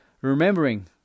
Remembering